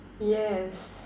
yes